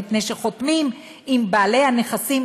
מפני שחותמים עם בעלי הנכסים,